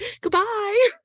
goodbye